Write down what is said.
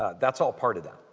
that's all part of that.